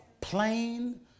plain